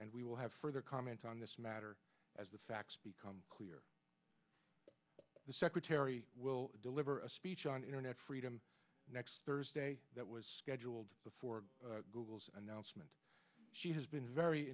and we will have further comment on this matter as the facts become clear the secretary will deliver a speech on internet freedom next thursday that was scheduled before google announcement she has been very